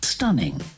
Stunning